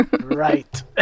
Right